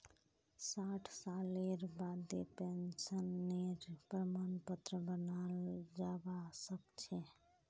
साठ सालेर बादें पेंशनेर प्रमाण पत्र बनाल जाबा सखछे